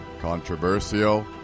Controversial